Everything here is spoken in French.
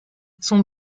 son